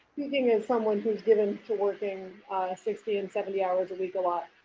as someone who has given to working sixty and seventy hours a week a lot,